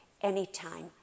anytime